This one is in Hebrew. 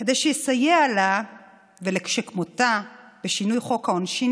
כדי שאסייע לה ולשכמותה בשינוי חוק העונשין,